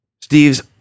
Steve's